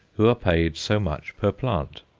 who are paid so much per plant,